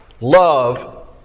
love